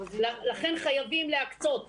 לכן חייבים להקצות חיסונים,